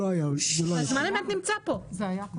זמן אמת נמצא כאן.